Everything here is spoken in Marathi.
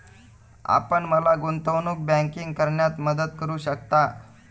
आपण मला गुंतवणूक बँकिंग करण्यात मदत करू शकता?